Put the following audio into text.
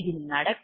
நடக்கும் மோதல்